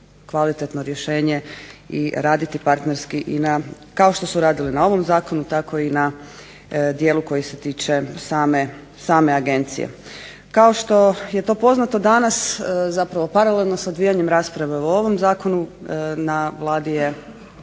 kvalitetno rješenje i raditi partnerski kao što su radili na ovom zakonu tako i na dijelu koji se tiče same agencije. Kao što je to poznato danas zapravo paralelno sa odvijanjem rasprave o ovom zakonu na Vladi je